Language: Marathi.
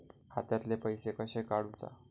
खात्यातले पैसे कशे काडूचा?